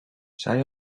zij